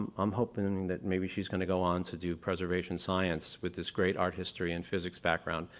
i'm hoping that maybe she's going to go on to do preservation science with this great art history and physics background,